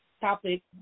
topic